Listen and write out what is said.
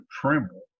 tremble